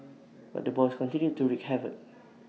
but the boys continued to wreak havoc